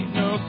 no